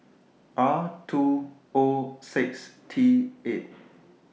R two O six T eight